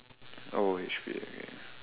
oh H_P okay